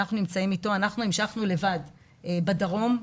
אנחנו המשכנו לבד בדרום,